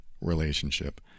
relationship